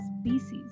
species